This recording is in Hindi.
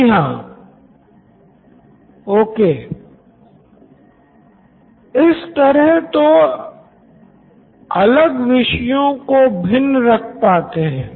जी हाँ professor okay Siddharth Maturi CEO Knoin electronics इस तरह वो अलग विषयों को भिन्न रख पाते हैं